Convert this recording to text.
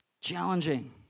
challenging